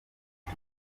net